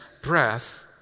breath